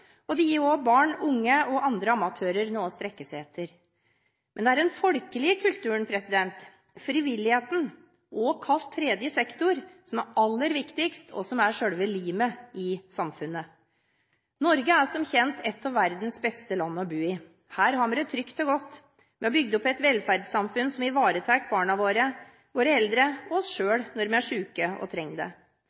og det gir også barn, unge og andre amatører noe å strekke seg etter. Men det er den folkelige kulturen – frivilligheten, også kalt tredje sektor – som er aller viktigst, og som er selve limet i samfunnet. Norge er som kjent et av verdens beste land å bo i. Her har vi det trygt og godt. Vi har bygget opp et velferdssamfunn som ivaretar barna våre, våre eldre og oss selv når vi er syke og trenger det.